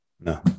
No